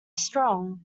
strong